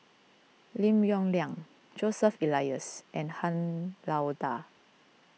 Lim Yong Liang Joseph Elias and Han Lao Da